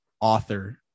author